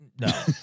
No